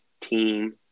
team